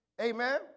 Amen